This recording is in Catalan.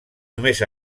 només